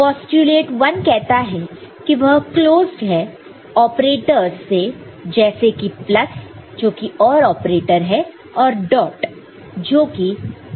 postulate 1 कहता है कि वह क्लोज्ड है ऑपरेटरस से जैसे कि प्लस जो कि OR ऑपरेटर है और डॉट जो कि AND ऑपरेटर है